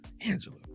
Angela